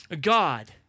God